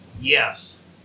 Yes